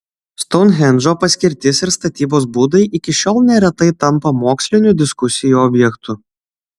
stounhendžo paskirtis ir statybos būdai iki šiol neretai tampa mokslinių diskusijų objektu